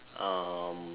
um